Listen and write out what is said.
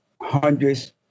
hundreds